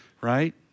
Right